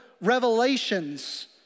revelations